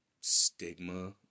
stigma